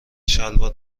شلوار